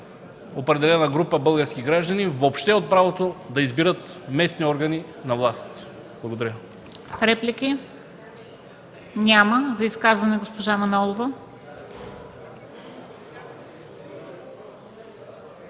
определена група български граждани въобще от правото да избират местни органи на власт. Благодаря.